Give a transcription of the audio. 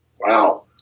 Wow